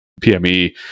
PME